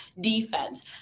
Defense